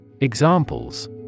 Examples